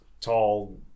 tall